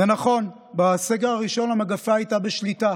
זה נכון, בזמן הסגר הראשון המגפה הייתה בשליטה.